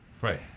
Right